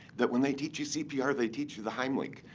that when they teach you cpr, they teach you the heimlich.